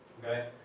Okay